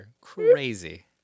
crazy